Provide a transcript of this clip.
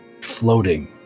floating